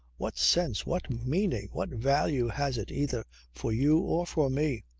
what sense, what meaning, what value has it either for you or for me?